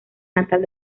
natal